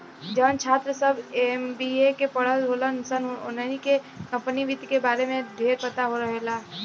जवन छात्र सभ एम.बी.ए के पढ़ल होलन सन ओहनी के कम्पनी वित्त के बारे में ढेरपता रहेला